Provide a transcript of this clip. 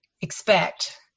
expect